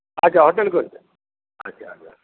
ଆଚ୍ଛା ଅର୍ଜେଣ୍ଟ କରିଛ ଆଚ୍ଛା ଆଚ୍ଛା